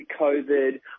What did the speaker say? COVID